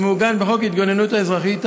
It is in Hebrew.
מעוגן בחוק ההתגוננות האזרחית,